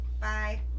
Bye